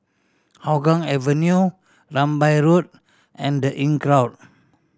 Hougang Avenue Rambai Road and The Inncrowd